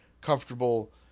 comfortable